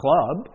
club